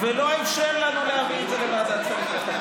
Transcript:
אין שם על מי לסמוך.